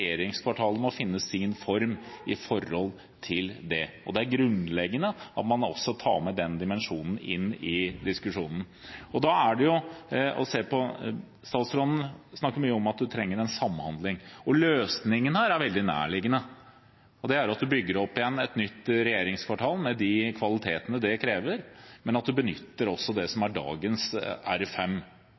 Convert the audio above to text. forhold til det, og det er grunnleggende å ta med også den dimensjonen inn i diskusjonen. Statsråden snakker mye om at en trenger en samhandling, og løsningen her er veldig nærliggende; det er at en bygger opp igjen et nytt regjeringskvartal med de kvalitetene det krever, men at en også benytter det som er dagens